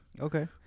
Okay